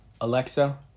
Alexa